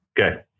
Okay